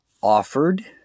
offered